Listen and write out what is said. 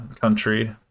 country